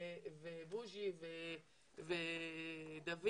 בוז'י ודוד